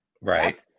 right